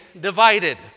divided